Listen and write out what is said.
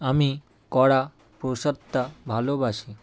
আমি কড়া প্রসাদটা ভালোবাসি